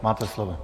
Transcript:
Máte slovo.